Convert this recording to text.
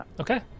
okay